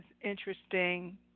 interesting